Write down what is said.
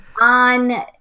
on